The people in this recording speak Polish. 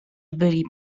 byli